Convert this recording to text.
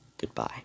Goodbye